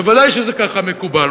ודאי שככה מקובל.